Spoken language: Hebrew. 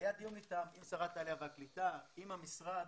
דיון עם שרת העלייה והקליטה, עם המשרד,